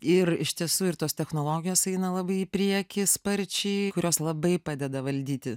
ir iš tiesų ir tos technologijos eina labai į priekį sparčiai kurios labai padeda valdyti